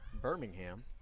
Birmingham